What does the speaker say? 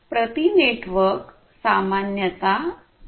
प्रति नेटवर्क सामान्यत एक नियंत्रक असतो